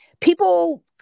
people